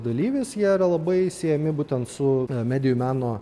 dalyvis jie yra labai siejami būtent su medijų meno